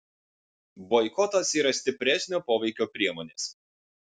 boikotas yra stipresnio poveikio priemonės